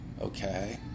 okay